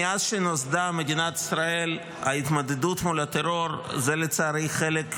מאז שנוסדה מדינת ישראל ההתמודדות עם הטרור היא לצערי חלק מגורלה.